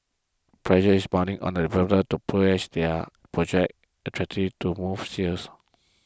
pressure is mounting on developers to price their projects attractive to move sales